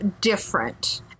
different